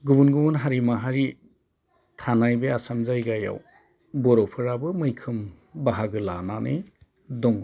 गुबुन गुबुन हारि माहारि थानाय बे आसाम जायगायाव बर'फोराबो मैखोम बाहागो लानानै दङ